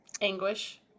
anguish